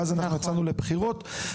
ואז יצאנו לבחירות.